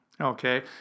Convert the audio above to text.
Okay